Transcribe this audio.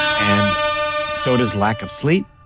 and so does lack of sleep